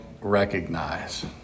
recognize